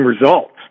results